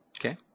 Okay